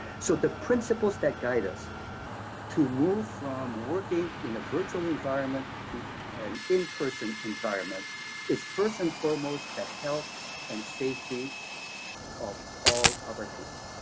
so the principles that guide us to move from working in a virtual environment to an in-person environment is, first and foremost, the health and safety of all of our people.